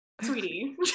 sweetie